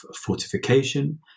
fortification